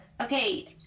Okay